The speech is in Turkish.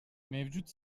mevcut